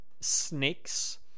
snakes